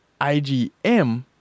IgM